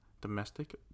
domestic